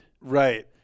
right